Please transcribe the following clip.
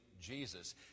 Jesus